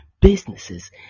businesses